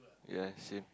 ya same